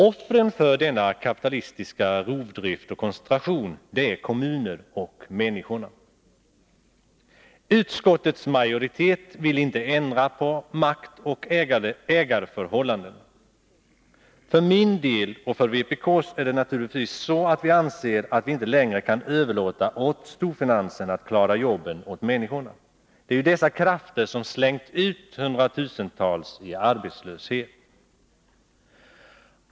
Offren för denna kapitalistiska rovdrift och koncentration är kommuner och människor. Utskottets majoritet vill inte ändra på maktoch ägarförhållandena. För min och för vpk:s del är det naturligtvis så att vi anser att vi inte längre kan överlåta åt storfinansen att klara jobben åt människorna. Det är ju dessa krafter som slängt ut hundratusentals människor i arbetslöshet.